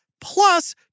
plus